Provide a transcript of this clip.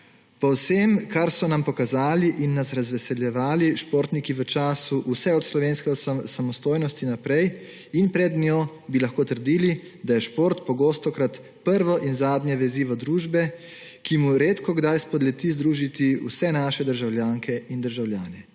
po vsem, kar so nam pokazali in nas razveseljevali športniki v času vse od slovenske samostojnosti naprej in pred njo, bi lahko trdili, da je šport pogostokrat prvo in zadnje vezivo družbe, ki mu redkokdaj spodleti združiti vse naše državljanke in državljane.